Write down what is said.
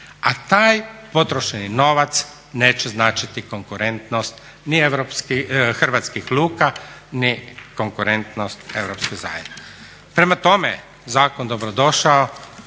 A taj potrošeni novac neće značiti konkurentnost ni hrvatskih luka ni konkurentnost europske zajednice. Prema tome, zakon je dobrodošao